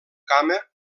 cama